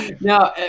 No